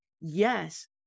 yes